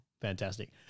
Fantastic